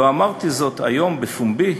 לו אמרתי זאת היום בפומבי,